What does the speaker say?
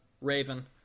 Raven